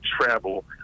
travel